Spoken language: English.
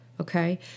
Okay